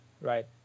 right